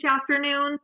afternoon